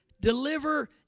deliver